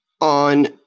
On –